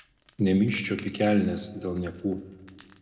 nemyžčiok į kelnes dėl niekų